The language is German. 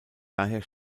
daher